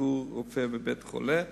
של בית-החולים